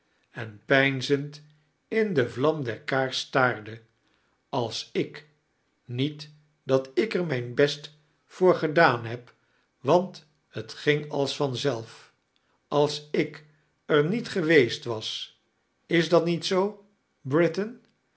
en peinzend in de vlam der kaars ataarde als it niet dat ik eir mijn best voor gedaan heb want t ging als van zelf als ik er niet geweest was is dat niet zoo britain